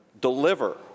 deliver